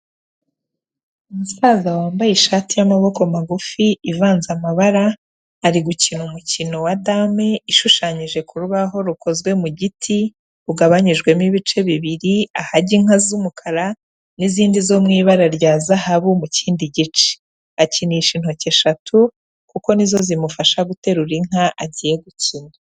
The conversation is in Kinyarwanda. Umusaza wambaye ishati y'amaboko magufi ivanze amabara, ari gukina umukino wa dame ishushanyije ku rubaho rukozwe mu giti rugabanijwemo ibice bibiri ahajya inka z'umukara n'izindi zo mu ibara rya zahabu mu kindi gice, akinisha intoki eshatu kuko ni zo zimufasha guterura inka agiye gukina.